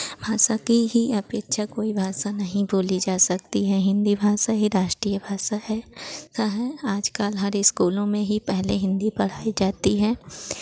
भाषा की ही अपेक्षा कोई भाषा नहीं बोली जा सकती है हिन्दी भाषा ही राष्ट्रीय भाषा है सा है आज कल हर इस्कूलाें में ही पहले हिन्दी पढ़ाई जाती है